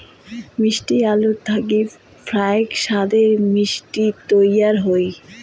মিষ্টি আলু থাকি ফাইক সাদের মিষ্টি তৈয়ার হই